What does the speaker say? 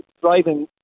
driving